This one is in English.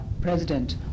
president